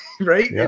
right